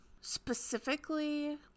specifically